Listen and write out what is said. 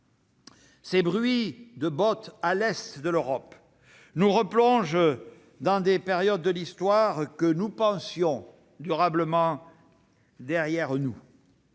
Ces bruits de botte à l'est de l'Europe nous replongent dans des périodes de l'histoire que nous pensions durablement derrière nous.